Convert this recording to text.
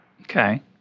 Okay